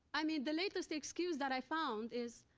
i mean, the latest excuse that i found is,